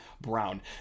Brown